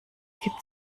gibt